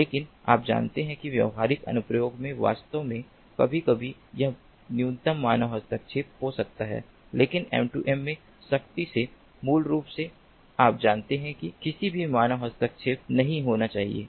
लेकिन आप जानते हैं कि व्यावहारिक अनुप्रयोगों में वास्तव में कभी कभी कुछ न्यूनतम मानव हस्तक्षेप हो सकता है लेकिन M2M में सख्ती से मूल रूप से आप जानते हैं कि किसी भी मानव हस्तक्षेप नहीं होना चाहिए